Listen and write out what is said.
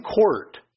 Court